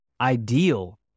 ideal